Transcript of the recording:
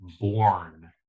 born